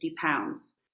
pounds